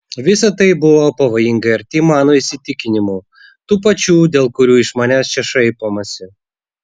visa tai buvo pavojingai arti mano įsitikinimų tų pačių dėl kurių iš manęs čia šaipomasi